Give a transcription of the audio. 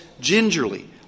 gingerly